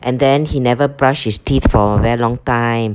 and then he never brush his teeth for very long time